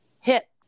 hit